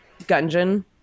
Gungeon